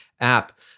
app